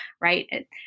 right